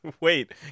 Wait